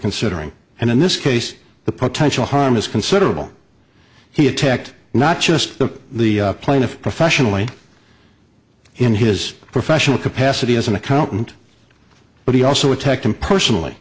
considering and in this case the potential harm is considerable he attacked not just the the plaintiff professionally in his professional capacity as an accountant but he also attacked him personally